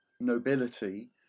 nobility